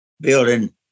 building